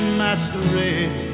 masquerade